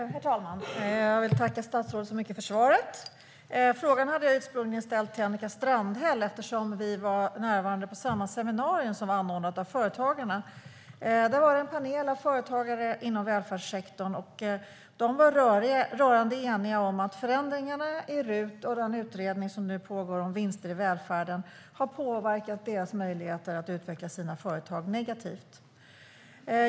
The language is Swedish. Herr talman! Jag vill tacka statsrådet så mycket för svaret. Jag hade ursprungligen ställt frågan till Annika Strandhäll, eftersom vi var närvarande på samma seminarium som anordnades av Företagarna. Där fanns en panel av företagare inom välfärdssektorn, och de var rörande eniga om att förändringarna i RUT och i den utredning som nu pågår om vinster i välfärden har påverkat deras möjligheter att utveckla sina företag negativt.